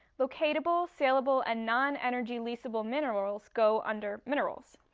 locatable, saleable and non-energy leasable minerals go under minerals.